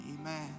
Amen